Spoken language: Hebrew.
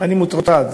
אני מוטרד,